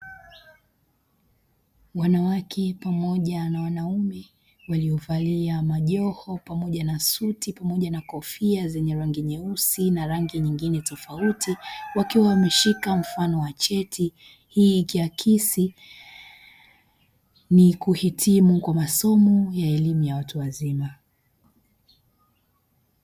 Wanawake pamoja na wanaume, waliovalia majoho, pamoja na suti, pamoja na kofia zenye rangi nyeusi na rangi nyingine tofauti, wakiwa wameshika mfano wa cheti hii ikiakisi ni kuhitimu kwa masomo kwa elimu ya watu wazima.